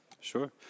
Sure